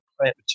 plant